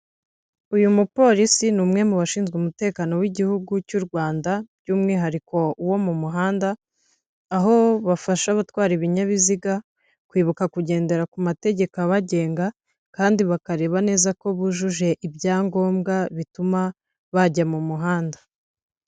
Uyu mupolisi ni umwe mu bashinzwe umutekano w'igihugu cy'u Rwanda by'umwihariko wo mu muhanda, aho bafasha abatwara ibinyabiziga, kwibuka kugendera ku mategeko abagenga, kandi bakareba neza ko bujuje ibyangombwa bituma bajya mu muhanda.